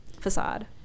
facade